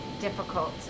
difficult